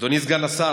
אדוני סגן השר,